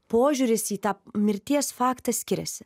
požiūris į tą mirties faktą skiriasi